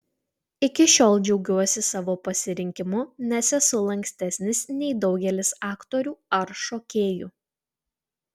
iki šiol džiaugiuosi savo pasirinkimu nes esu lankstesnis nei daugelis aktorių ar šokėjų